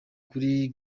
kuri